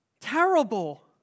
Terrible